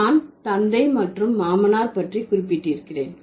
நான் தந்தை மற்றும் மாமனார் பற்றி குறிப்பிட்டிருக்கிறேன்